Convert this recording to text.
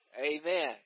Amen